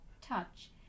touch